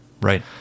Right